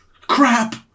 Crap